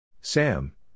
Sam